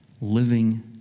living